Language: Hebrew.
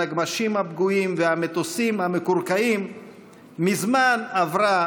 הנגמ"שים הפגועים והמטוסים המקורקעים מזמן עברה